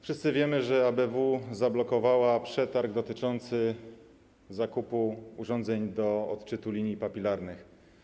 Wszyscy wiemy, że ABW zablokowała przetarg dotyczący zakupu urządzeń do odczytu linii papilarnych.